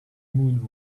mood